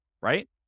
right